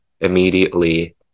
immediately